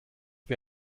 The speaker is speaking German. wie